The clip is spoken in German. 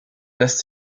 lässt